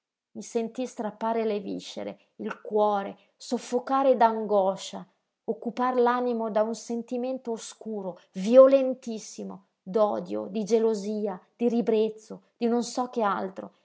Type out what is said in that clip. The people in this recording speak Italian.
i sentii strappare le viscere il cuore soffocare d'angoscia occupar l'animo da un sentimento oscuro violentissimo d'odio di gelosia di ribrezzo di non so che altro